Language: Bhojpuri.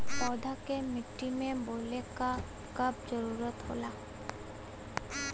पौधा के मिट्टी में बोवले क कब जरूरत होला